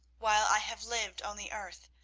while i have lived on the earth,